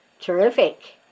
Terrific